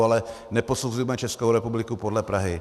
Ale neposuzujme Českou republiku podle Prahy.